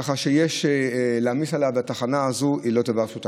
כך שלהעמיס על התחנה הזאת זה לא דבר פשוט.